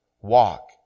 Walk